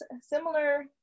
similar